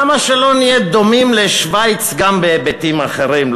למה שלא נהיה דומים לשוויץ גם בהיבטים אחרים,